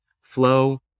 flow